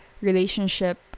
relationship